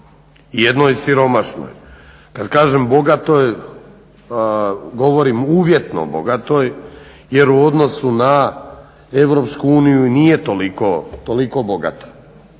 jednoj siromašnoj. Kad kažem bogatoj govorim uvjetno bogatoj, jer u odnosu na EU i nije toliko bogata.